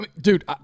Dude